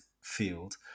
field